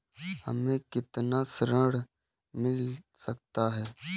हमें कितना ऋण मिल सकता है?